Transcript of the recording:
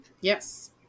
Yes